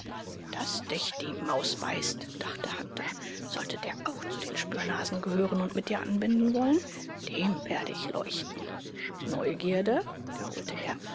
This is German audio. daß dich die maus beißt dachte hunter sollte der auch zu den spürnasen gehören und mit dir anbinden wollen dem werde ich leuchten neugierde wiederholte er